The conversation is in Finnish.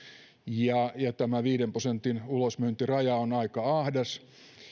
tämä viiden prosentin ulosmyyntiraja on aika ahdas